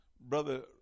Brother